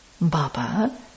Baba